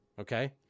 Okay